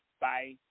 Bye